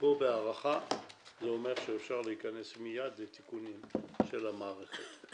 הערכה זה אומר שאפשר להיכנס מייד לתיקונים של המערכת,